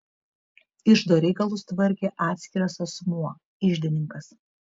iždo reikalus tvarkė atskiras asmuo iždininkas